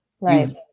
Right